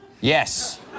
Yes